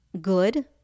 good